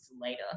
later